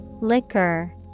Liquor